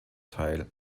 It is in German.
teil